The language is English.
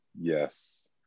Yes